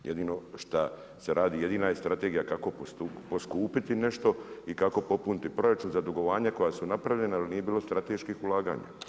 Jedino šta se radi, jedina je strategija kako poskupiti nešto i kako popuniti proračun za dugovanja koja su napravljena jer nije bilo strateških ulaganja.